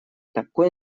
такой